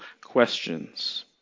questions